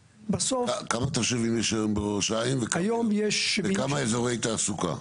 כמה תושבים יש היום בראש העין וכמה אזורי תעסוקה?